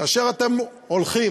כאשר אתם הולכים